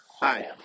Hi